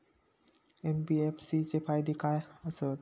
NBFC चे फायदे खाय आसत?